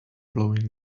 blowing